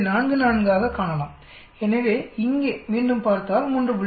44 ஐக் காணலாம் எனவே இங்கே மீண்டும் பார்த்தால் 3